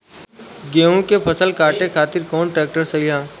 गेहूँ के फसल काटे खातिर कौन ट्रैक्टर सही ह?